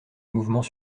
mouvement